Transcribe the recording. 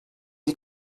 iyi